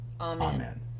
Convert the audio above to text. Amen